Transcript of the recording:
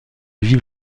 vivre